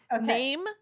name